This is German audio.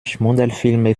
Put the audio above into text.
schmuddelfilme